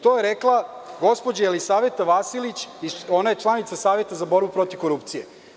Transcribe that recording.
To je rekla gospođa Jelisaveta Vasilić, ona je članica Saveta za borbu protiv korupcije.